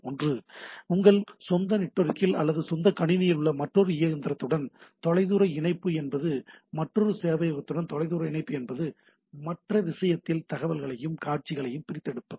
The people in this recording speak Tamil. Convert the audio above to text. ஒன்று உங்கள் சொந்த நெட்வொர்க்கில் அல்லது சொந்த கணினியில் உள்ள மற்றொரு இயந்திரத்துடன் தொலைதூர இணைப்பு என்பது மற்றொரு சேவையகத்துடன் தொலைதூர இணைப்பு என்பது மற்றொரு விஷயத்தில் தகவல்களையும் காட்சிகளையும் பிரித்தெடுப்பது